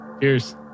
cheers